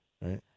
Right